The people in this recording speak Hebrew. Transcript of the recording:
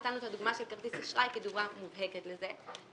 נתנו את הדוגמה של כרטיס כדוגמה מובהקת לזה.